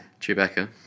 Chewbacca